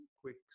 quick